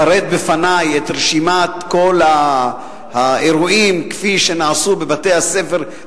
פרט בפני את רשימת כל האירועים כפי שנעשו בבתי-הספר,